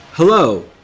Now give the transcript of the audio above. Hello